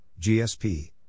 GSP